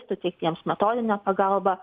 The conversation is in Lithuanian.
suteikti jiems metodinę pagalbą